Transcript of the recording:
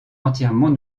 entièrement